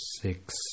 six